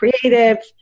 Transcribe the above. creative